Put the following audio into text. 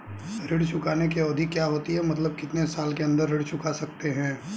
ऋण चुकाने की अवधि क्या होती है मतलब कितने साल के अंदर ऋण चुका सकते हैं?